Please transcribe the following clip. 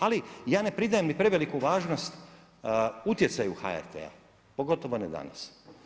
Ali ja ne pridajem ni preveliku važnost utjecaju HRT-a, pogotovo ne danas.